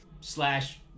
slash